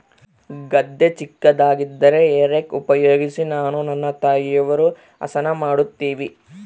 ಗದ್ದೆ ಚಿಕ್ಕದಾಗಿದ್ದರೆ hay rake ಉಪಯೋಗಿಸಿ ನಾನು ನನ್ನ ತಾಯಿಯವರು ಹಸನ ಮಾಡುತ್ತಿವಿ